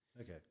Okay